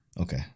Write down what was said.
okay